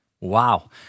Wow